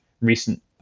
recent